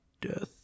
Death